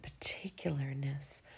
particularness